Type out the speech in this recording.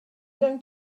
going